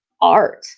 art